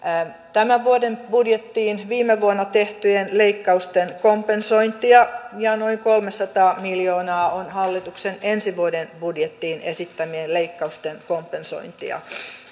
tämän vuoden budjettiin viime vuonna tehtyjen leikkausten kompensointia ja noin kolmesataa miljoonaa on hallituksen ensi vuoden budjettiin esittämien leik kausten kompensointia